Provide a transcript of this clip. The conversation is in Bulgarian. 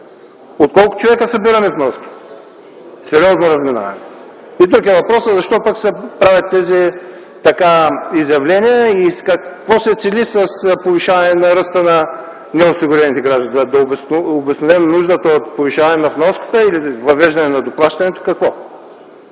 От колко човека събираме вноски? Сериозно разминаване! Друг е въпросът защо се правят тези изявления и какво се цели с повишаване ръста на неосигурените граждани - за да обосновем нуждата от повишаване на вноската или въвеждане на доплащането? Какво?!